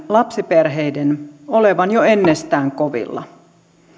lapsiperheiden tiedetään olevan jo ennestään kovilla